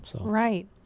Right